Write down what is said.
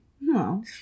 No